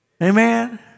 Amen